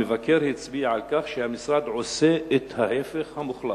המבקר הצביע על כך שהמשרד עושה את ההיפך המוחלט,